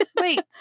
Wait